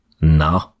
no